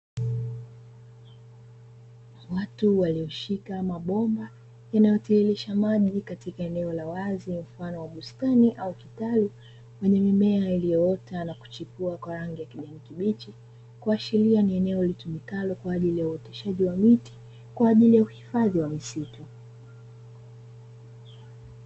Watu walioshika mabomba yanayotiririsha maji katika eneo la wazi mfano wa bustani au kitaru chenye mimea iliyoota na kuchipua kwa rangi ya kijani kibichi, kuashiria ni eneo litumikalo kwa ajili ya uoteshaji wa miti kwa ajili ya uhifadhi wa misitu.